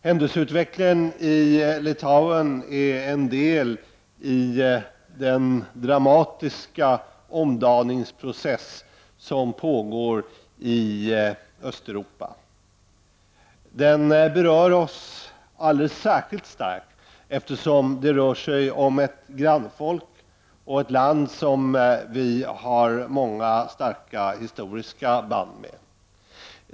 Händelseutvecklingen i Litauen är en del i den dramatiska omdaningsprocess som pågår i Östeuropa. Den berör oss alldeles särskilt starkt eftersom det rör sig om ett grannfolk och ett land som vi har många starka historiska band med.